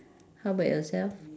how about yourself